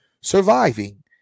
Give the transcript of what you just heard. surviving